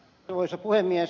arvoisa puhemies